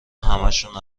همشون